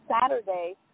Saturday